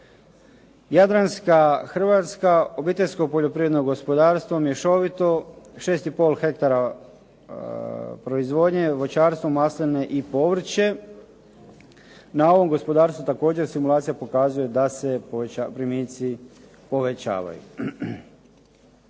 Jadranska Hrvatska obiteljsko poljoprivredno gospodarstvo mješovito 6,5 hektara proizvodnje, voćarstvo, masline i povrće. Na ovom gospodarstvu također simulacija pokazuje da primici povećavaju.